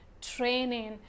training